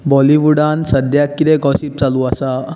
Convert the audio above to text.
बॉलिवुडान सद्या कितें गोसीप चालू आसा